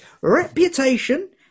Reputation